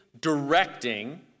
directing